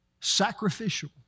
sacrificial